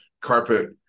carpet